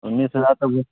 انیس ہزار تو